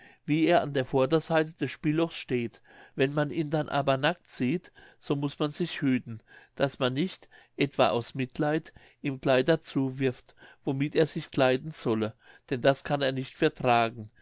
wie er an der vorderseite des spilllochs steht wenn man ihn dann aber nackt sieht so muß man sich hüten daß man nicht etwa aus mitleid ihm kleider zuwirft womit er sich kleiden solle denn das kann er nicht vertragen